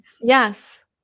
Yes